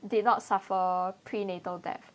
did not suffer prenatal death